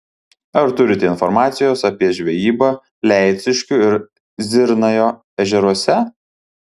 ar turite informacijos apie žvejybą leiciškių ir zirnajo ežeruose